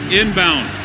inbound